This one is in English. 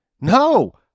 No